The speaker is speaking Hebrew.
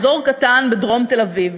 אזור קטן בדרום תל-אביב.